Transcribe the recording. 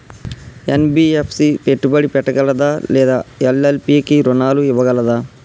NBFC పెట్టుబడి పెట్టగలదా లేదా ఎల్.ఎల్.పి కి రుణాలు ఇవ్వగలదా?